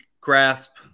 grasp